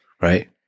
right